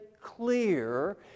clear